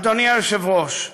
אדוני היושב-ראש,